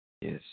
Yes